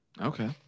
okay